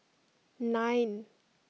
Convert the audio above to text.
nine